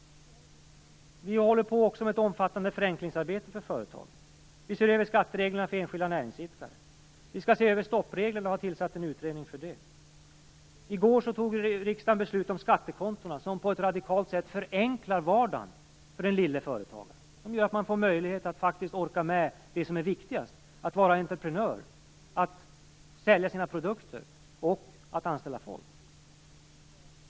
Vi håller också på med ett omfattande förenklingsarbete för företag. Vi ser över skattereglerna för enskilda näringsidkare. Vi skall se över stoppreglerna och har tillsatt en utredning för det. I går fattade riksdagen ett beslut om skattekontona, som på ett radikalt sätt förenklar vardagen för den lille företagaren så att denne får möjlighet att orka med det som är viktigast: att vara entreprenör, att sälja sina produkter och att anställa folk.